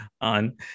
on